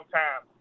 time